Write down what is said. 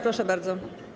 Proszę bardzo.